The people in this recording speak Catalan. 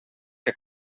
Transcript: que